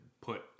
put